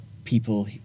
people